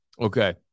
Okay